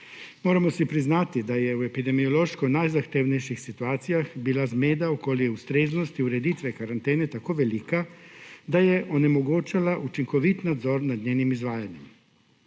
Moramo si priznati, da je v epidemiološko najzahtevnejših situacijah bila zmeda okoli ustreznosti ureditve karantene tako velika, da je onemogočala učinkovito nadzor nad njenim izvajanjem.